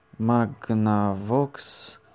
Magnavox